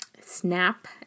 snap